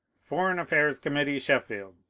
foreign affairs committee, sheffield,